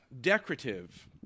decorative